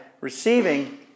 receiving